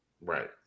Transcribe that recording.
right